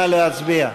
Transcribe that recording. נא להצביע.